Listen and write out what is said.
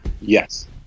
Yes